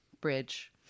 bridge